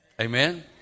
Amen